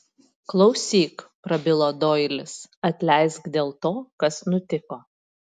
klausyk prabilo doilis atleisk dėl to kas nutiko